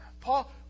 Paul